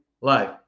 life